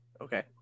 Okay